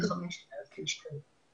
בין --- (הפרעה בשיחה).